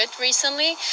recently